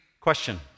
Question